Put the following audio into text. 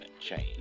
change